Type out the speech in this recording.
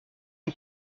une